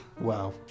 Wow